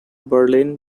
berlin